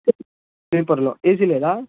స్లీపర్లో AC లేదా